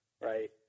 right